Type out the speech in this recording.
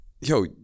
Yo